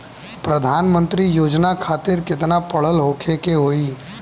प्रधानमंत्री योजना खातिर केतना पढ़ल होखे के होई?